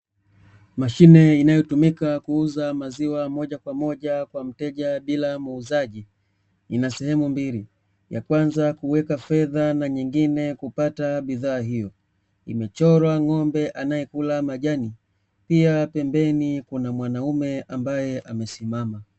Mashine inayotumika kuuza maziwa moja kwa moja kwa mteja bila muuzaji, ina sehemu mbili ya kwanza kuweka fedha na nyingine kupata bidhaa hiyo, imechorwa ng'ombe anayekula majani, pia pembeni kuna mwanaume ambaye amesimama.